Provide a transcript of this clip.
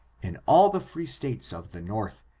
in all the free states of the north,